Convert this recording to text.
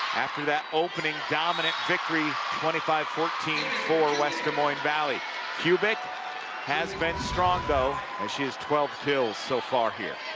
after that opening dominant victory twenty five fourteen for west des and moines valley kubik has been strong, though, and she's twelve two so far here.